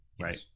Right